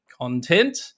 content